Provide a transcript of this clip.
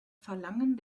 verlangen